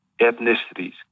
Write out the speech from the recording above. ethnicities